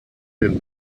den